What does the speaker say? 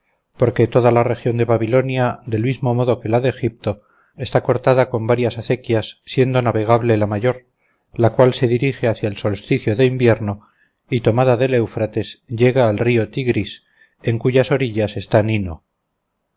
porque toda la región de babilonia del mismo modo que la del egipto está cortada con varias acequias siendo navegable la mayor la cual se dirige hacia el solsticio de invierno y tomada del eufrates llega al río tigris en cuyas orillas está nino